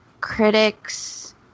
critics